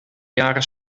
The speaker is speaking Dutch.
jaren